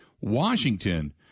Washington